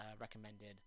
recommended